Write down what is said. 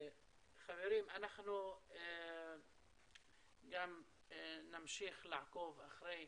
חברים, אנחנו גם נמשיך לעקוב אחרי